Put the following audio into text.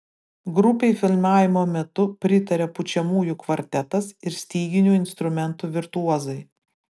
grupei filmavimo metu pritarė pučiamųjų kvartetas ir styginių instrumentų virtuozai